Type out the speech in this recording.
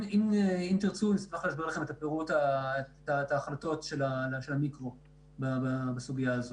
אם תרצו נוכל להסביר לכם את החלטות המיקרו בסוגיה הזו.